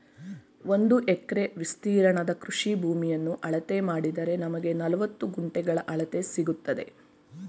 ಒಂದು ಎಕರೆ ವಿಸ್ತೀರ್ಣದ ಕೃಷಿ ಭೂಮಿಯನ್ನ ಅಳತೆ ಮಾಡಿದರೆ ನಮ್ಗೆ ನಲವತ್ತು ಗುಂಟೆಗಳ ಅಳತೆ ಸಿಕ್ತದೆ